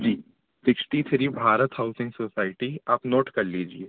जी sixty three Bharat housing society आप नोट कर लीजिए